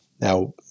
now